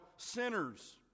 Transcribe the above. sinners